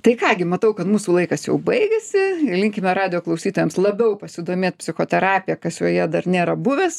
tai ką gi matau kad mūsų laikas jau baigiasi linkime radijo klausytojams labiau pasidomėt psichoterapija kas joje dar nėra buvęs